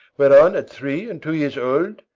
whereon, at three and two years old,